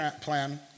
plan